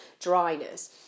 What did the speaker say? dryness